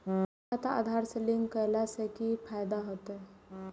खाता आधार से लिंक केला से कि फायदा होयत?